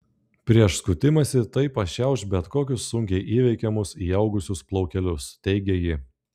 prieš skutimąsi tai pašiauš bet kokius sunkiai įveikiamus įaugusius plaukelius teigė ji